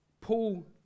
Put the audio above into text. Paul